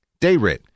Dayrit